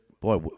Boy